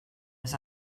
was